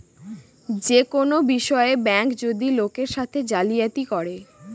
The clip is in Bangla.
যে কোনো বিষয়ে ব্যাঙ্ক যদি লোকের সাথে জালিয়াতি করে